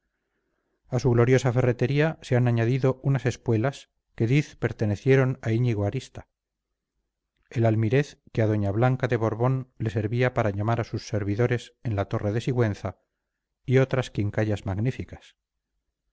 a su gloriosa ferretería se han añadido unas espuelas que diz pertenecieron a íñigo arista el almirez que a doña blanca de borbón le servía para llamar a sus servidores en la torre de sigüenza y otras quincallas magníficas